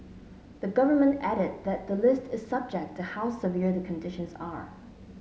the Government added that the list is subject to how severe the conditions are